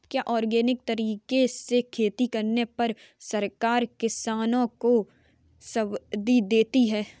क्या ऑर्गेनिक तरीके से खेती करने पर सरकार किसानों को सब्सिडी देती है?